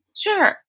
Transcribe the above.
Sure